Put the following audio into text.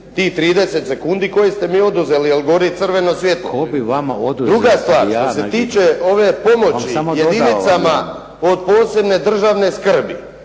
tih 30 sekundi koje ste mi oduzeli jer gori crveno svjetlo. Druga stvar, što se tiče ove pomoći jedinicama od posebne državi skrbi